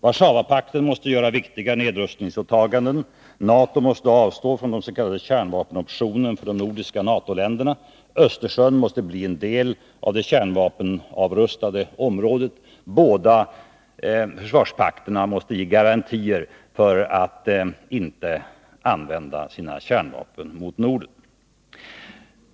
Warszawapakten måste göra viktiga nedrustningsåtaganden. NATO måste avstå från den s.k. kärnvapenoptionen för de nordiska NATO-länderna. Östersjön måste bli en del av det kärnvapenavrustade området. Båda försvarspakterna måste ge garantier för att inte använda sina kärnvapen mot Norden.